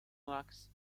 wax